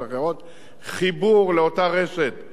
חיבור לאותה רשת שמוקמת.